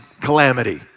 calamity